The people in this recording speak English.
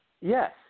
Yes